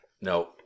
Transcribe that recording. No